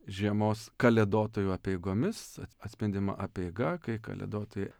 žiemos kalėdotojų apeigomis atspindima apeiga kai kalėdotojai